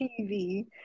TV